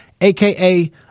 aka